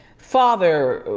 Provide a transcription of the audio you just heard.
father,